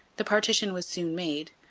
the partition was soon made.